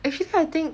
actually I think